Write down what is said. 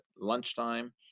lunchtime